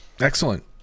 Excellent